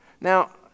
Now